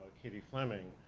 katie fleming,